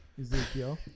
Ezekiel